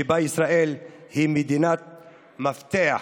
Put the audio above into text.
שבה ישראל היא מדינת מפתח,